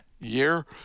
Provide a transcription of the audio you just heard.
year